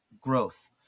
growth